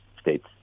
states